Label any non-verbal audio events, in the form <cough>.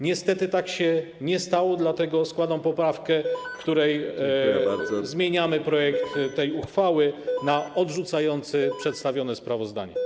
Niestety tak się nie stało, dlatego składam poprawkę, <noise> w ramach której zmieniamy projekt tej uchwały na odrzucający przedstawione sprawozdanie.